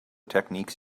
techniques